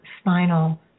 spinal